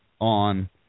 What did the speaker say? on